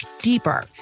deeper